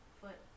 foot